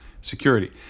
security